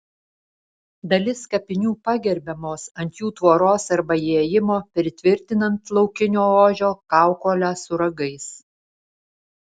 dalis kapinių pagerbiamos ant jų tvoros arba įėjimo pritvirtinant laukinio ožio kaukolę su ragais